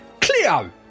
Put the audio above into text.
Cleo